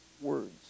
words